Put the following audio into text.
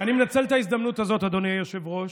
אני מנצל את ההזדמנות הזאת, אדוני היושב-ראש,